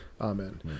Amen